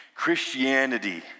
Christianity